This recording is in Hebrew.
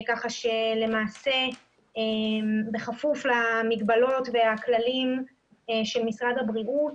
כך שלמעשה בכפוף למגבלות והכללים של משרד הבריאות,